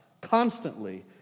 constantly